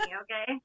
okay